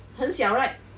很小 right